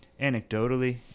anecdotally